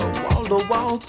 wall-to-wall